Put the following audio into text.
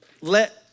let